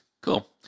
Cool